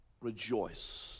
rejoice